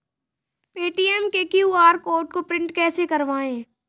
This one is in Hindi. पेटीएम के क्यू.आर कोड को प्रिंट कैसे करवाएँ?